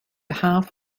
behalf